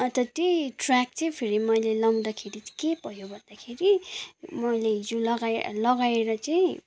अन्त त्यही ट्र्याक चाहिँ फेरि मैले लाउँदाखेरि के भयो भन्दाखेरि मैले हिजो लगाए लगाएर चाहिँ